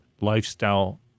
lifestyle